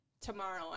Tomorrow